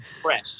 fresh